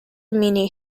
minute